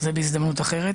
זה בהזדמנות אחרת,